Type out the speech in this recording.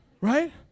right